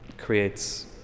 creates